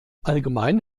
allgemein